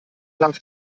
warf